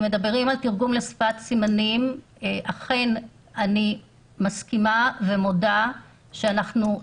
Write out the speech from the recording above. בתרגום לשפת סימנים אני מסכימה ומודה שאנחנו צריכים,